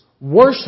Worship